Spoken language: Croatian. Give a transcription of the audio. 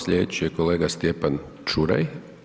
Sljedeći je kolega Stjepan Čuraj.